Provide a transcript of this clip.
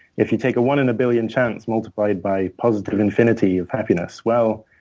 if you take a one in a billion chance multiplied by positive infinity of happiness, well,